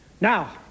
Now